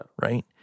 right